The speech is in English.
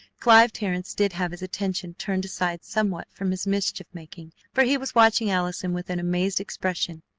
clive terrence did have his attention turned aside somewhat from his mischief-making, for he was watching allison with an amazed expression.